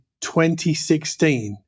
2016